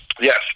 Yes